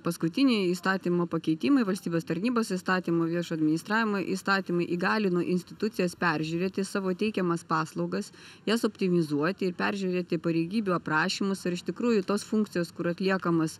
paskutiniai įstatymų pakeitimai valstybės tarnybos įstatymų viešo administravimo įstatymai įgalino institucijas peržiūrėti savo teikiamas paslaugas jas optimizuoti ir peržiūrėti pareigybių aprašymus ar iš tikrųjų tos funkcijos kur atliekamas